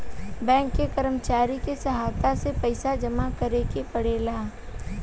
bank के कर्मचारी के सहायता से पइसा जामा करेके पड़ेला